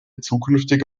zukünftige